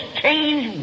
change